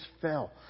fell